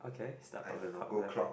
okay start from the top left hand